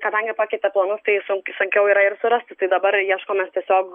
kadangi pakeitė planus tai sunk sunkiau yra ir surasti tai dabar ieškomės tiesiog